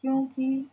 کیونکہ